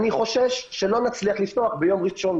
אני חושש שלא נצליח לפתוח ביום ראשון,